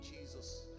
Jesus